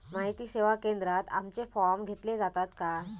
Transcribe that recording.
माहिती सेवा केंद्रात आमचे फॉर्म घेतले जातात काय?